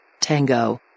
Tango